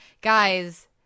guys